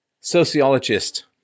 Sociologist